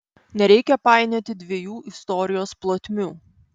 nereikia painioti dviejų istorijos plotmių